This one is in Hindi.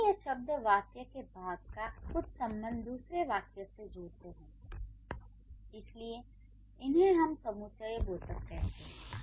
चूंकि ये शब्द वाक्य के एक भाग का कुछ संबंध दूसरे वाक्य से जोड़ते हैं इसलिए इन्हें हम समुच्चयबोधक कहते हैं